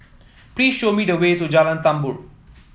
please show me the way to Jalan Tambur